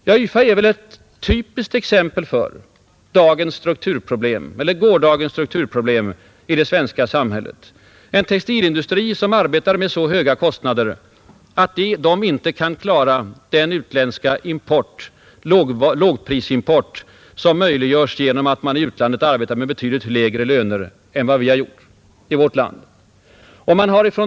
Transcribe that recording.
Ja, YFA är väl ett typiskt exempel på gårdagens strukturproblem i det svenska samhället — en textilindustri som arbetar med så höga kostnader att den inte kan klara den utländska lågprisimport som möjliggörs genom att man i utlandet arbetar med betydligt lägre löner än vi gör i vårt land.